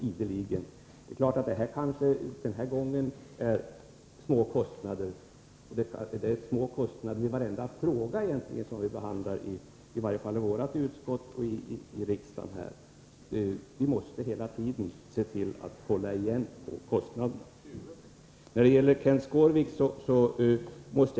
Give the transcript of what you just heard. I och för sig rör det sig den här gången kanske om små kostnader. Men i egentligen varenda fråga som i varje fall vi i socialförsäkringsutskottet har att behandla rör det sig om små kostnader. Vi måste dock hela tiden hålla kostnaderna nere. Till Kenth Skårvik vill jag säga följande.